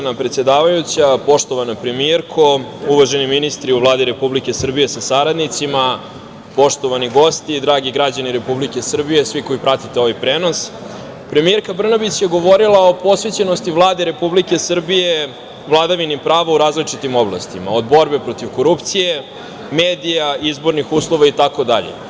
Uvažena predsedavajuća, poštovana premijerko, uvaženi ministri u Vladi Republike Srbije sa saradnicima, poštovani gosti i dragi građani Republike Srbije, svi koji pratite ovaj prenos, premijerka Brnabić je govorila o posvećenosti Vlade Republike Srbije vladavini prava u različitim oblastima, od borbe protiv korupcije, medija, izbornih uslova itd.